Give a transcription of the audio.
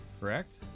correct